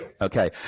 Okay